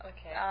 Okay